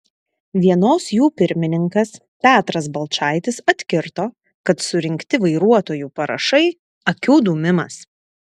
vienos jų pirmininkas petras balčaitis atkirto kad surinkti vairuotojų parašai akių dūmimas